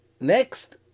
next